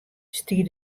stie